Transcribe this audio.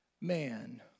man